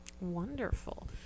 Wonderful